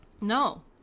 No